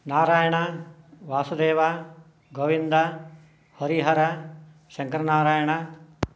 नारायणः वासुदेवः गोविन्दः हरिहरः शङ्करनारायणः